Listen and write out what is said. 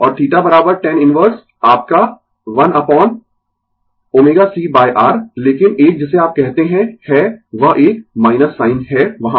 और θ tan inverse आपका 1 upon ω c R लेकिन एक जिसे आप कहते है है वह एक साइन है वहां